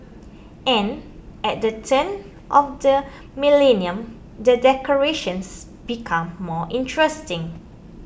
and at the turn of the millennium the decorations became more interesting